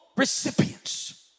recipients